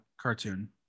cartoon